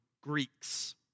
Greeks